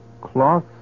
cloth